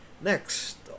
Next